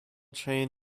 chain